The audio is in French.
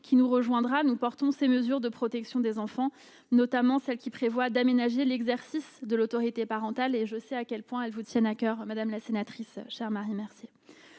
qui nous rejoindra, nous portons des mesures de protection des enfants, notamment celles qui prévoient d'aménager l'exercice de l'autorité parentale. Je sais à quel point ces mesures vous tiennent à coeur, madame la rapporteure.